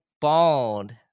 bald